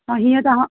हा हीअं त